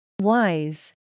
Wise